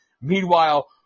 Meanwhile